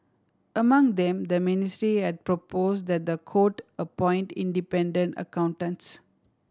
among them the ministry had proposed that the court appoint independent accountants